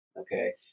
Okay